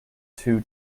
two